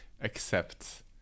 accept